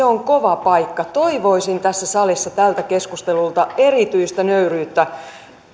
on kova paikka toivoisin tässä salissa tältä keskustelulta erityistä nöyryyttä